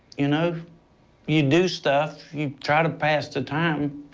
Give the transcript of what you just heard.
you know you do stuff, you try to pass the time.